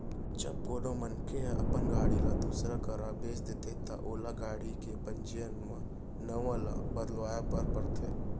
जब कोनो मनसे ह अपन गाड़ी ल दूसर करा बेंच देथे ता ओला गाड़ी के पंजीयन म नांव ल बदलवाए ल परथे